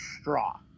straw